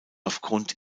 aufgrund